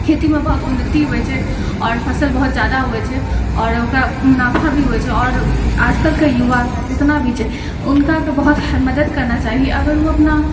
खेती मे बहुत उन्नती होइ छै और फसल बहुत जादा होइ छै और ओकरा मुनाफा भी होइ छै और आजकल के युवा के जितना भी छै उनका के बहुत मदद करना चाही अगर ओ अपना